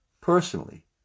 personally